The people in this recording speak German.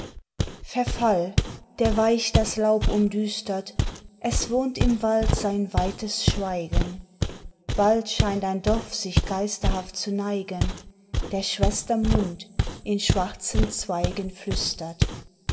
verfall der weich das laub umdüstert es wohnt im wald sein weites schweigen bald scheint ein dorf sich geisterhaft zu neigen der schwester mund in schwarzen zweigen flüstert